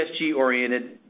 ESG-oriented